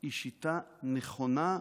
היא שיטה נכונה,